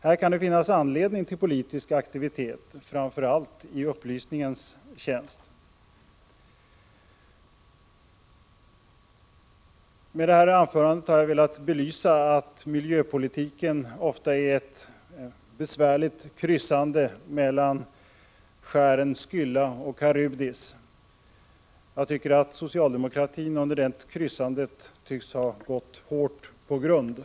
Här kan finnas anledning till politisk aktivitet framför allt i upplysningens tjänst. Med detta anförande har jag velat belysa att miljöpolitiken ofta innebär ett besvärligt kryssande mellan skären Skylla och Karybdis. Socialdemokratin tycks ha gått hårt på grund under det kryssandet.